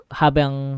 habang